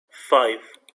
five